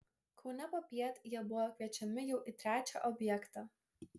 kaune popiet jie buvo kviečiami jau į trečią objektą